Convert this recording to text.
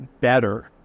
better